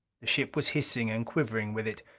the ship was hissing and quivering with it,